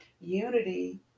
Unity